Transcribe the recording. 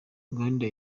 gukunda